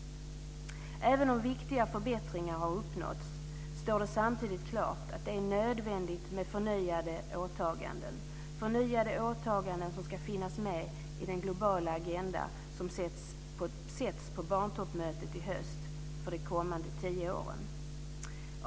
Även om viktiga förbättringar har uppnåtts står det samtidigt klart att det är nödvändigt med förnyade åtaganden, förnyade åtaganden som ska finnas med i den globala agenda som sätts på barntoppmötet i höst för de kommande tio åren.